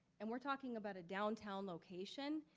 and we're talking about a downtown location,